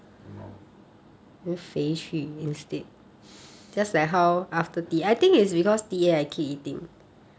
!hannor!